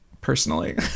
personally